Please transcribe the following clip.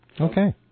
Okay